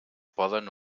poden